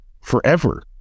forever